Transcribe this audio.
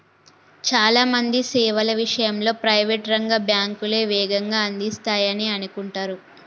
చాలా మంది సేవల విషయంలో ప్రైవేట్ రంగ బ్యాంకులే వేగంగా అందిస్తాయనే అనుకుంటరు